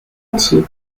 entier